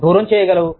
దూరం చేయగలవు